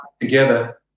together